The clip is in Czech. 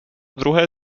druhé